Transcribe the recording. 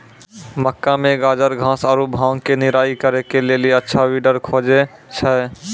मक्का मे गाजरघास आरु भांग के निराई करे के लेली अच्छा वीडर खोजे छैय?